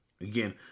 again